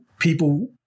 people